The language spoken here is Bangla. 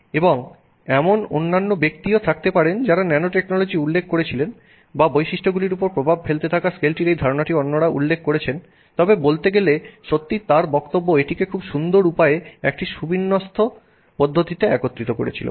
এবং এমন অন্যান্য ব্যক্তিও থাকতে পারেন যারা ন্যানোটেকনোলজির উল্লেখ করেছিলেন বা বৈশিষ্ট্যগুলির উপর প্রভাব ফেলতে থাকা স্কেলটির এই ধারণাটি অন্যরা উল্লেখ করেছেন তবে বলতে গেলে সত্যই তাঁর বক্তব্য এটিকে খুব সুন্দর উপায়ে এবং একটি সুবিন্যস্ত পদ্ধতিতে একত্রিত করেছিল